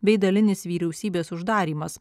bei dalinis vyriausybės uždarymas